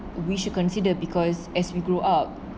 we should consider because as we grow up